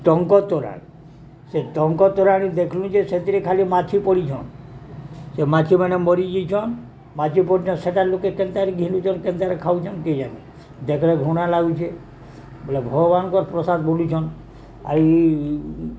ଟଙ୍କ ତୋରାଣି ସେ ଟଙ୍କ ତୋରାଣି ଦେଖଲୁ ଯେ ସେଥିରେ ଖାଲି ମାଛି ପଡ଼ିଛନ୍ ସେ ମାଛିମାନେ ମରିଯେଇଛନ୍ ମାଛି ପଡ଼ିଛ ସେଇଟା ଲୋକେ କେନ୍ତାରେ ଘିନୁଛନ୍ କେନ୍ତାରେ ଖାଉଛନ୍ କିହି ଜାନି ଦେଖରେ ଘୃଣା ଲାଗୁଛେ ବୋଲେ ଭଗବାନଙ୍କ ପ୍ରସାଦ ବୋଲୁଛନ୍ ଆ